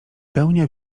pełnia